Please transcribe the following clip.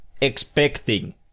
expecting